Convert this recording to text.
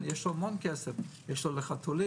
אבל יש לו המון כסף יש לו לחתולים,